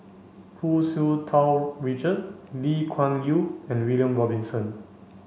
Hu Tsu Tau Richard Lee Kuan Yew and William Robinson